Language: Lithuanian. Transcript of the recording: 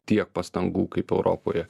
tiek pastangų kaip europoje